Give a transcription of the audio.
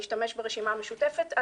להשתמש ברשימה המשותפת.